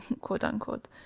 quote-unquote